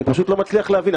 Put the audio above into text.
אני פשוט לא מצליח להבין.